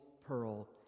pearl